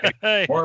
Hey